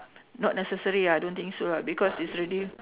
not necessary lah I don't think so lah because is really